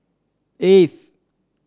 eighth